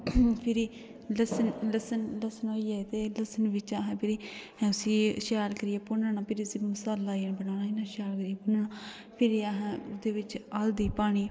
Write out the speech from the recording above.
फिर लस्सन लस्सन होई जाये ते भिरी ओह्दे बिच असें शैल करियै भुन्नना फिर इसी मसाला जन पाना इन्ना शैल करियै भुन्नना फिर असें ओह्दे बिच हल्दी पानी